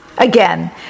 Again